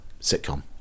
sitcom